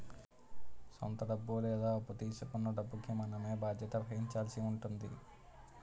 సొంత డబ్బు లేదా అప్పు తీసుకొన్న డబ్బుకి మనమే బాధ్యత వహించాల్సి ఉంటుంది